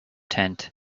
tenth